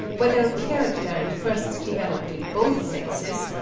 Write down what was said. whether a character at first developed in both sexes,